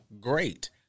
Great